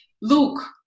look